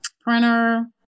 printer